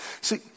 See